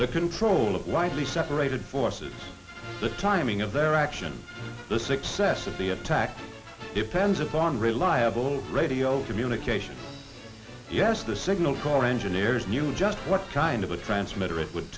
the control widely separated forces the timing of their action the success of the attack depends upon reliable radio communication yes the signal caller engineers knew just what kind of a transmitter it would